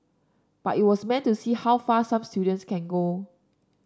but it was meant to see how far some students can go